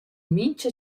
mincha